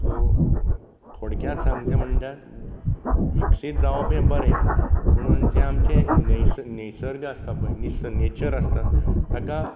so थोडक्यांत सांगचें म्हणल्यार विकसीत जावप हे बरें पूण जें आमचें नैसर्ग निसर्ग आसता पळय निस नेचर आसता ताका